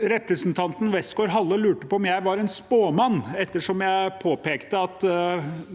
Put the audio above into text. Representanten Westgaard-Halle lurte på om jeg var en spåmann, ettersom jeg påpekte at